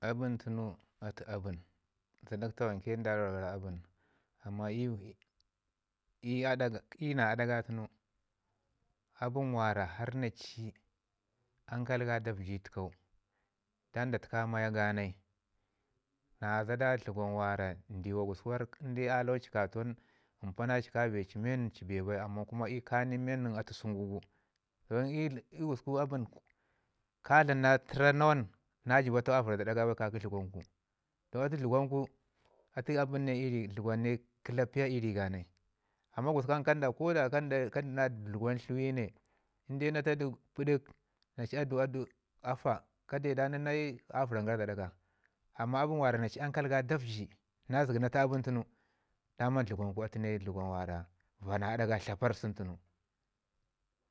Abən tunu a tu abən, zəda tawonke nda daura gara abən. Amman i aɗa ga i yu na aɗa ga tunu abən wara har naci ankai ga da vəgi təkan dan nda təka maya ganai na zədu dtəkwan wara ndiwa i ka a lawan ci ka tau nin mpa na ci ka ci men ci bee bai amman kə nin men nin atu səngu gu. I- i- i gusgu abən ka dlam na təra nawan na jəba tau a vəra da aɗa ga bai ka ki dləkwangu, toh atu tləkwangu atu aben ne dləkwan kəlapiya i rii ga amman gususgu ko da ka ni na kanida dləkwan tləwayau ne indai na tadu pədək na ci aduwau aduwai afa kade da nin avəran gara da aɗa ga. Amman abən mi ci ankai ka dauci na zəg' na ta abən tənu daman dləkwangu dləkwan ne mi vana aɗa tlaparr sungu tunu.